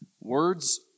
Words